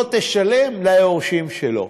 לא תשלם ליורשים שלו?